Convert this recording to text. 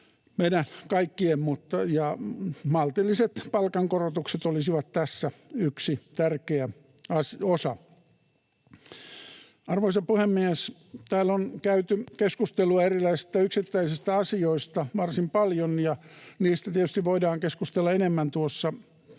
meidän kaikkien, ja maltilliset palkankorotukset olisivat tässä yksi tärkeä osa. Arvoisa puhemies! Täällä on käyty keskustelua erilaisista yksittäisistä asioista varsin paljon, ja niistä tietysti voidaan keskustella enemmän tuossa